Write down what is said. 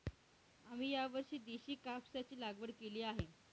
आम्ही यावर्षी देशी कापसाची लागवड केली आहे